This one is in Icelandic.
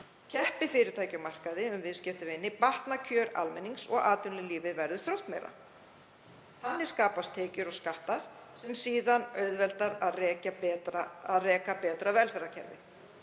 keppi fyrirtæki á markaði um viðskiptavini batni kjör almennings og atvinnulífið verði þróttmeira. Þannig skapist tekjur og skattar sem síðan auðveldi að reka betra velferðarkerfi.